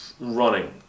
Running